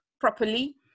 properly